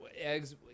eggs